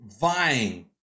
vying